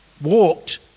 walked